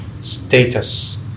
status